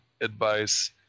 advice